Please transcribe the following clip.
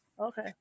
Okay